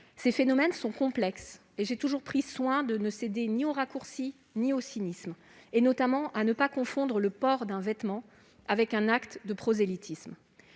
Ces phénomènes sont complexes et j'ai toujours pris soin de ne céder ni aux raccourcis ni au cynisme, en veillant notamment à ne pas confondre le port d'un vêtement avec un acte de prosélytisme.